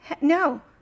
No